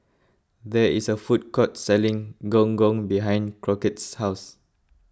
there is a food court selling Gong Gong behind Crockett's house